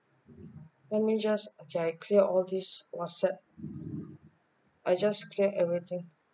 let me just okay I clear this WhatsApp I just clear everything